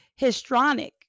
histronic